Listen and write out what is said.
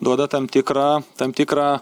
duoda tam tikrą tam tikrą